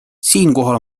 siinkohal